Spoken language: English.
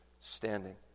standing